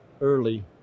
early